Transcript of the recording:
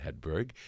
Hedberg